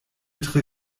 tre